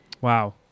Wow